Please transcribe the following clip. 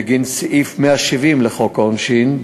לפי סעיף 170 לחוק העונשין,